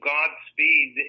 Godspeed